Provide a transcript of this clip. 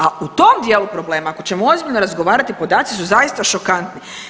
A u tom dijelu problema ako ćemo ozbiljno razgovarati podaci su zaista šokantni.